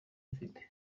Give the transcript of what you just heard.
mfite